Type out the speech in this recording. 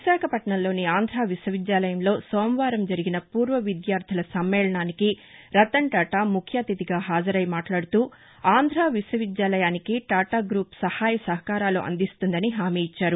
విశాఖపట్నంలోని ఆంధ్ర విశ్వవిద్యాలయంలో సోమవారం జరిగిన పూర్వ విద్యార్దుల సమ్మేకనానికి రతన్టాటా ముఖ్య అతిధిగా హాజరై మాట్లాడుతూ ఆంధ్ర విశ్వవిద్యాలయానికి టాటా గ్రూప్ సహాయ సహకారాలు అందిస్తుందని హామీ ఇచ్చారు